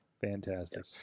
Fantastic